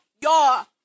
Y'all